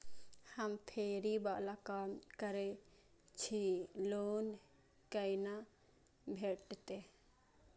हम फैरी बाला काम करै छी लोन कैना भेटते?